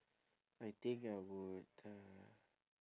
I think I would uh